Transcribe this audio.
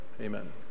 Amen